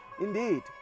Indeed